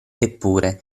eppure